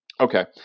Okay